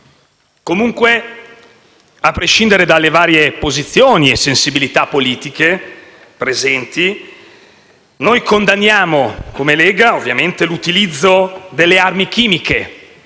Comunque, a prescindere dalle varie posizioni e sensibilità politiche presenti, come Lega, condanniamo l'utilizzo delle armi chimiche,